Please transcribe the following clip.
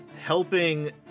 helping